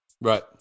Right